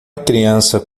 criança